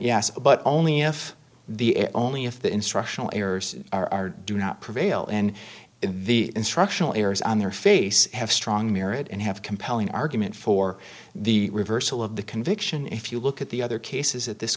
yes but only if the only if the instructional errors are do not prevail and the instructional errors on their face have strong merit and have a compelling argument for the reversal of the conviction if you look at the other cases that this